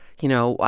you know,